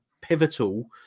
pivotal